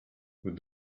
vous